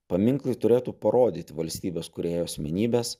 paminklai turėtų parodyti valstybės kūrėjų asmenybes